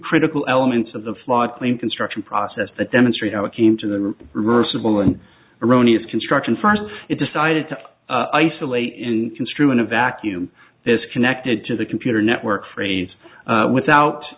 critical elements of the floodplain construction process that demonstrate how it came to the reversible and erroneous construction first it decided to isolate and construe in a vacuum this connected to the computer network freed without